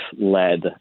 led